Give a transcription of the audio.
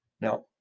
Now